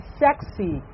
sexy